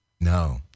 No